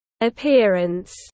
appearance